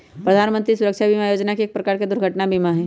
प्रधान मंत्री सुरक्षा बीमा योजना एक प्रकार के दुर्घटना बीमा हई